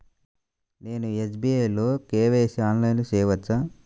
నేను ఎస్.బీ.ఐ లో కే.వై.సి ఆన్లైన్లో చేయవచ్చా?